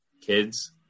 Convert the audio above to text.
kids